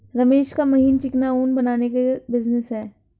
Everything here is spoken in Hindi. रमेश का महीन चिकना ऊन बनाने का बिजनेस है